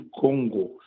Congo